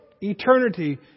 eternity